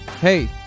hey